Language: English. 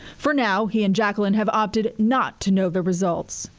for now, he and jaqueline have opted not to know the results.